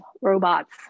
robots